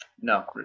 No